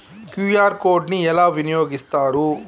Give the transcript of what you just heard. QR code ని ఎలా వినియోగిస్తారు?